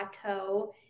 plateau